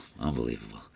Unbelievable